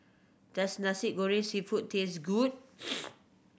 does Nasi Goreng Seafood taste good